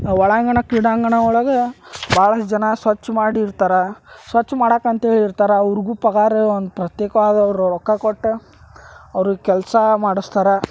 ಒಳಾಂಗಣ ಕ್ರೀಡಾಂಗಣ ಒಳಗೆ ಭಾಳಷ್ಟು ಜನ ಸ್ವಚ್ಛ ಮಾಡಿರ್ತಾರೆ ಸ್ವಚ್ಛ ಮಾಡಕ್ಕೆ ಅಂತ್ಹೇಳಿ ಇರ್ತಾರೆ ಅವ್ರ್ಗು ಪಗಾರ್ ಒನ್ ಪ್ರತ್ಯೇಕವಾದ ರೊಕ್ಕ ಕೊಟ್ಟು ಅವ್ರಿಗೆ ಕೆಲ್ಸ ಮಾಡಿಸ್ತಾರೆ